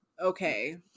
okay